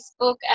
Facebook